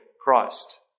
Christ